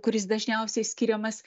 kuris dažniausiai skiriamas